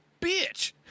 bitch